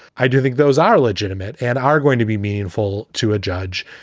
i do think those are legitimate and are going to be meaningful to a judge.